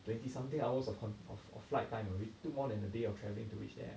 twenty something hours of con of flight time away took more than a day of travelling to reach there